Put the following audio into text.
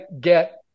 get